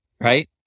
right